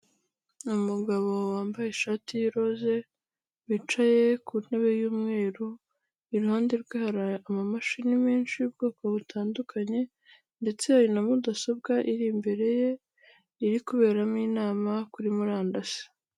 Ni umugabo wambaye ishati y'iroze wicaye ku ntebe y'umweru iruhande rwe hari amamashini menshi y'ubwoko butandukanye ndetse hari na mudasobwa iri imbere ye iri kuberamo inama kuri murandasi.